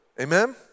Amen